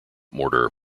mortar